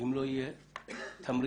אם לא יהיו תמריצים.